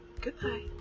Goodbye